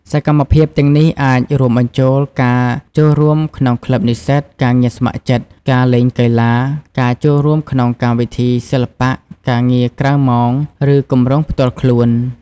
សកម្មភាពទាំងនេះអាចរួមបញ្ចូលការចូលរួមក្នុងក្លឹបនិស្សិត ការងារស្ម័គ្រចិត្ត ការលេងកីឡា ការចូលរួមក្នុងកម្មវិធីសិល្បៈ ការងារក្រៅម៉ោង ឬគម្រោងផ្ទាល់ខ្លួន។